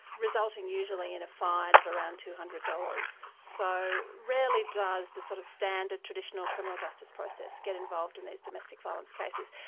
resulting usually in a fine of around two hundred dollars. so rarely does the sort of standard traditional criminal justice process get involved in these domestic violence cases.